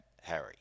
Harry